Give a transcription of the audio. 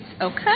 Okay